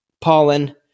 pollen